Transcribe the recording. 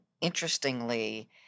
interestingly